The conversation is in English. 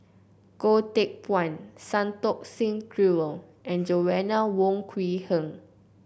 Goh Teck Phuan Santokh Singh Grewal and Joanna Wong Quee Heng